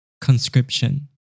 conscription